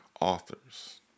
authors